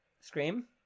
Scream